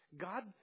God